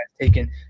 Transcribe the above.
taken